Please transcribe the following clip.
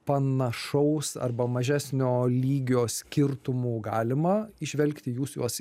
panašaus arba mažesnio lygio skirtumų galima įžvelgti jūs juos